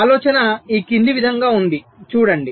ఆలోచన ఈ క్రింది విధంగా ఉంది చూడండి